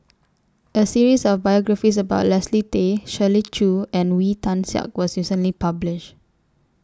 A series of biographies about Leslie Tay Shirley Chew and Wee Tian Siak was recently published